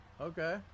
Okay